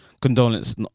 condolence